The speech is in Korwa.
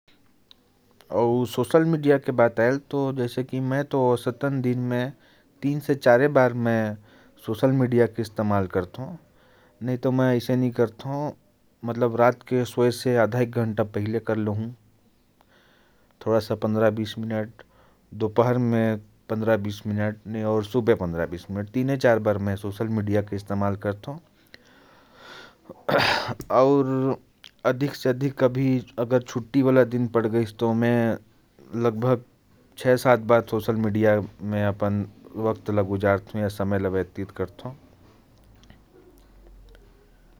Social media के बात आयल तो, मैं औसतन दो से तीन बार इस्तेमाल करथो। रात में सोने से पहले और सबेरे थोड़ा देर। छुट्टी वाले दिन में छह से सात बार इस्तेमाल करथो।